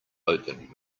open